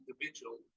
individual